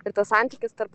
ir tas santykis tarp